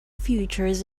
futures